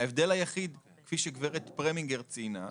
ההבדל היחיד, כפי שגברת פרמינגר ציינה,